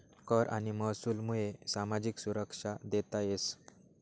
कर आणि महसूलमुये सामाजिक सुरक्षा देता येस